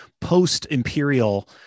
post-imperial